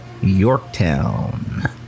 Yorktown